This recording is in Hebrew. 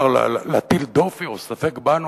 להטיל דופי או ספק בנו,